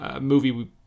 movie